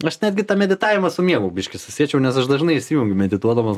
aš netgi tą meditavimą su miegu biškį susiečiau nes aš dažnai išsijungiu medituodamas